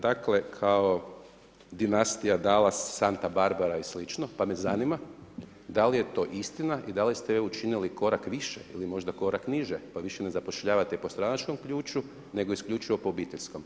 Dakle, kao dinastija Dalas, Santa Barbara i slično, pa me zanima da li je to istina i da li ste vi učinili korak više ili možda korak niže, pa više ne zapošljavate i po stranačkom ključu nego isključivo po obiteljskom.